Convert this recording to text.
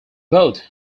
both